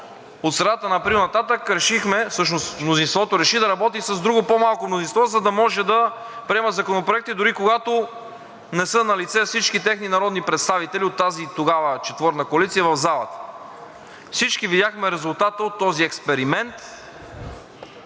от средата на април нататък решихме, всъщност мнозинството реши да работи с друго, по-малко мнозинство, за да може да приема законопроекти, дори когато не са налице всички техни народни представители от тази тогава четворна коалиция в залата. Всички видяхме резултата от този експеримент